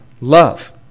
love